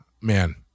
man